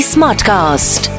Smartcast